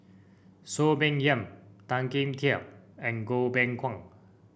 Soon Peng Yam Tan Kim Tian and Goh Beng Kwan